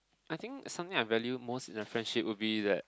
I think something I valued most in a friendship will be that